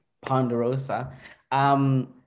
ponderosa